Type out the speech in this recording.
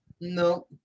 No